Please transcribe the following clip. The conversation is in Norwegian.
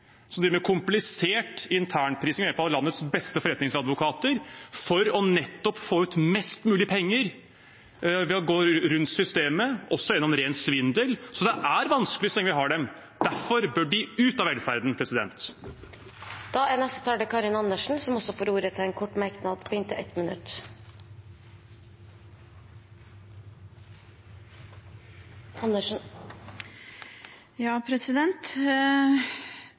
med komplisert internprising ved hjelp av landets beste forretningsadvokater, for nettopp å få ut mest mulig penger ved å gå rundt systemet, også gjennom ren svindel. Så det er vanskelig så lenge vi har dem. Derfor bør de ut av velferden. Representanten Karin Andersen har hatt ordet to ganger tidligere og får ordet til en kort merknad, begrenset til 1 minutt.